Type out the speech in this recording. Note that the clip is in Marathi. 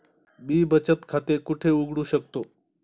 मी बचत खाते कुठे उघडू शकतो?